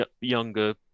younger